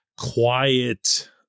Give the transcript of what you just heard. quiet